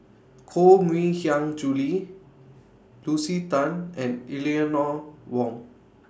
Koh Mui Hiang Julie Lucy Tan and Eleanor Wong